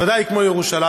בוודאי כמו ירושלים,